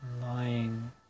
Lying